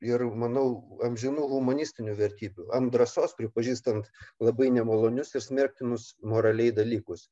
ir manau amžinų humanistinių vertybių ant drąsos pripažįstant labai nemalonius ir smerktinus moraliai dalykus